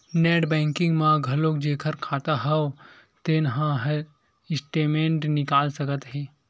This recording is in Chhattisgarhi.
नेट बैंकिंग म घलोक जेखर खाता हव तेन ह स्टेटमेंट निकाल सकत हे